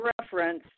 reference